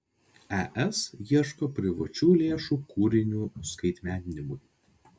es ieško privačių lėšų kūrinių skaitmeninimui